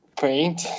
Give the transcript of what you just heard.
Paint